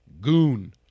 Goon